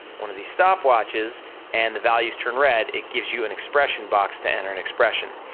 one of these stopwatches and the values turn red, it gives you an expression box to enter an expression.